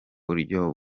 buryo